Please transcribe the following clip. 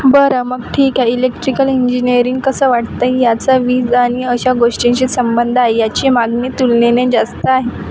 बरं मग ठीक आहे इलेक्ट्रिकल इंजिनिअरिंग कसं वाटतं आहे याचा वीज आणि अशा गोष्टींशी संबंध आहे याची मागणी तुलनेने जास्त आहे